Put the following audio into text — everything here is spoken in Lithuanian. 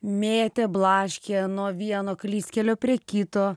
mėtė blaškė nuo vieno klystkelio prie kito